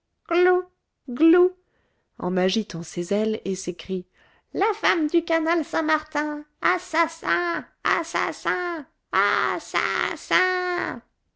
glou glou en agitant ses ailes et s'écrie la femme du canal saint-martin assassin assassin